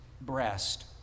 breast